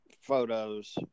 photos